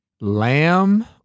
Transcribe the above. lamb